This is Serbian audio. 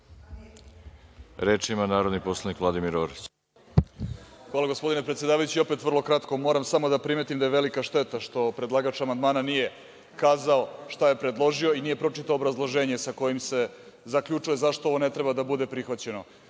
Vladimir Orlić. **Vladimir Orlić** Hvala, gospodine predsedavajući. Opet vrlo kratko. Moram samo da primetim da je velika šteta što predlagač amandmana nije kazao šta je predložio i nije proičitao obrazloženje sa kojim se zaključuje zašto ovo ne treba da bude prihvaćeno.